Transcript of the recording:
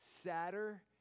sadder